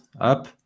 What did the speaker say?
up